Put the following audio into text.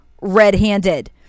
red-handed